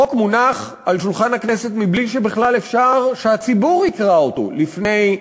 החוק מונח על שולחן הכנסת בלי שבכלל אפשר שהציבור יקרא אותו לפני.